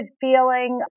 feeling